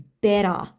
better